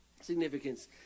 significance